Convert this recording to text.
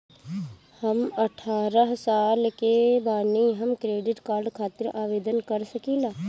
हम अठारह साल के बानी हम क्रेडिट कार्ड खातिर आवेदन कर सकीला?